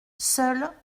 seule